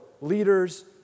leaders